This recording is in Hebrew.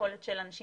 היכולת של אנשים